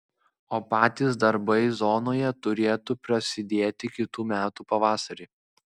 o patys darbai zonoje turėtų prasidėti kitų metų pavasarį